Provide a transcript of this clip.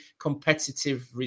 competitive